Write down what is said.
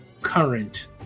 current